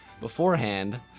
beforehand